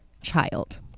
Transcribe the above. child